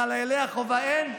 לחיילי החובה אין?